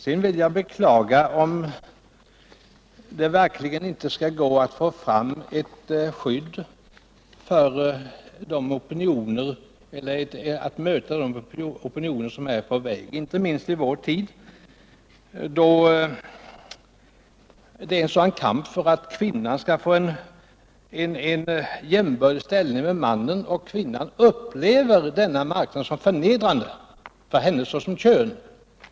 Sedan vill jag beklaga att det inte går att tillmötesgå de opinioner som är på väg inte minst i vår tid, då det förs en sådan kamp för att kvinnan skall få en med mannen jämbördig ställning. Kvinnan upplever denna mark nad som förnedrande för hennes kön.